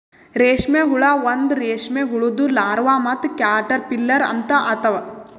ರೇಷ್ಮೆ ಹುಳ ಒಂದ್ ರೇಷ್ಮೆ ಹುಳುದು ಲಾರ್ವಾ ಮತ್ತ ಕ್ಯಾಟರ್ಪಿಲ್ಲರ್ ಲಿಂತ ಆತವ್